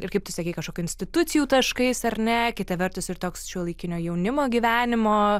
ir kaip tu sakei kažkokių institucijų taškais ar ne kita vertus ir toks šiuolaikinio jaunimo gyvenimo